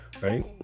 right